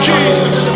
Jesus